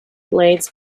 blades